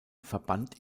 verband